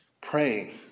Praying